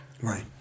right